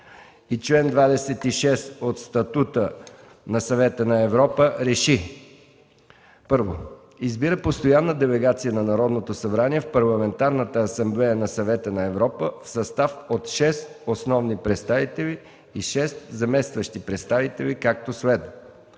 и чл. 26 от Статута на Съвета на Европа РЕШИ: 1. Избира постоянна делегация на Народното събрание в Парламентарната асамблея на Съвета на Европа в състав от 6 основни представители и 6 заместващи представители, както следва: